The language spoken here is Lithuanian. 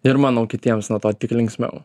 ir manau kitiems nuo to tik linksmiau